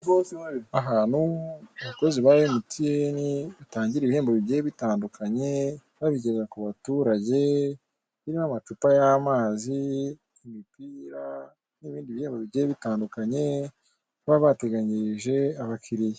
Ahantu abakozi ba mtn batangira ibihembo bigiye bitandukanye babigeza ku baturage n'amacupa y'amazi imipira n'ibindi bihembo bi bitandukanye baba bateganyirije abakiriya.